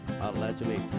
Allegedly